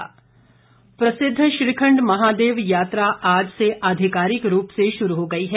श्रीखंड यात्रा प्रसिद्ध श्रीखंड महादेव यात्रा आज से आधिकारिक रूप से शुरू हो गई है